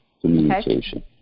communication